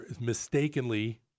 mistakenly